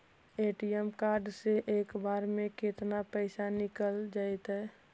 ATM card से एक बार में केतना पैसा निकल जइतै?